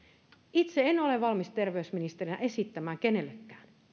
itse en ole valmis terveysministerinä esittämään kenellekään